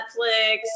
Netflix